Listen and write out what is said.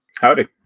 Howdy